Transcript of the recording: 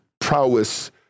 prowess